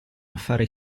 affari